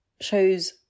shows